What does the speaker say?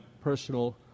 personal